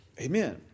amen